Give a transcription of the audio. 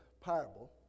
parable